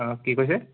অঁ কি কৈছে